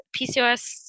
PCOS